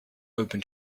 open